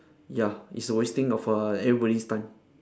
ya it's a wasting of err everybody's time